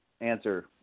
answer